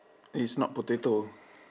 it's not potato